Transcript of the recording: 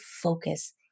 focus